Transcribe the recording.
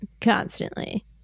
constantly